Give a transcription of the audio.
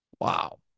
Wow